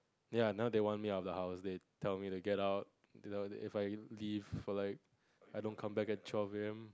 ya now they want me at the house they tell me they get out if like for like I don't come back at twelve A_M